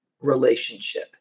relationship